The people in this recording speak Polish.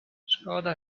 szkoda